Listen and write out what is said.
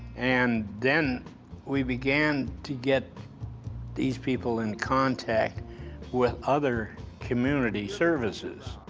and then we began to get these people in contact with other community services.